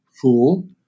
Fool